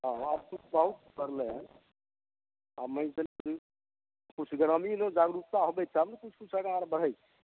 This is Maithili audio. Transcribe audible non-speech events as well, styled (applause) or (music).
बहुत सुधरलै हँ आब (unintelligible) किछु ग्रामीण जागरूकता होतै तब ने कुछ किछु आगाँ आर बढ़ै छै